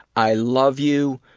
i love you.